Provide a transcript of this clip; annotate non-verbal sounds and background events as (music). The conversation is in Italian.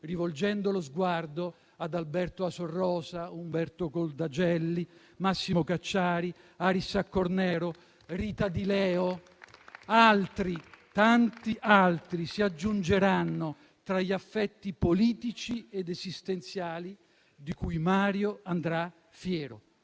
rivolgendo lo sguardo ad Alberto Asor Rosa, Umberto Coldagelli, Massimo Cacciari, Aris Accornero, Rita Di Leo. (applause) Altri, tanti altri, si aggiungeranno tra gli affetti politici ed esistenziali di cui Mario andrà fiero.